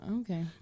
Okay